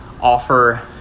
offer